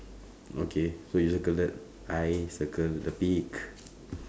okay so you circle that I circle the pig